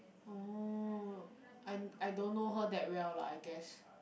oh I I don't know her that well lah I guess